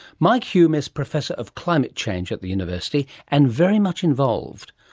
mike hulme is professor of climate change at the university and very much involved.